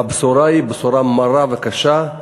והבשורה היא בשורה מרה וקשה.